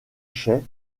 chaix